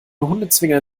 hundezwinger